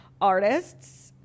artists